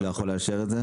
לא יכול לאשר את זה?